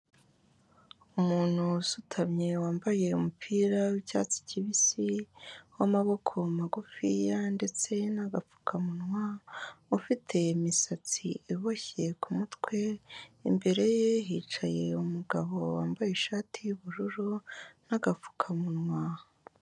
Umuntu usutamye wambaye umupira w'icyatsi kibisi w'amaboko magufiya ndetse n'agapfukamunwa, ufite imisatsi iboshye kumutwe, imbere ye hicaye umugabo wambaye ishati y'ubururu n'agapfukamunwa.